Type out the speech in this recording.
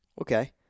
Okay